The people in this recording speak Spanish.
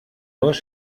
dos